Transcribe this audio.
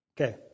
Okay